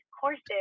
courses